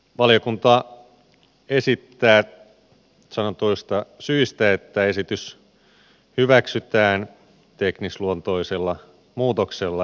valiokunta esittää sanotuista syistä että esitys hyväksytään teknisluontoisella muutoksella